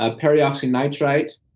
ah peroxynitrite,